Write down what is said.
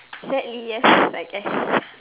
sadly yes I guess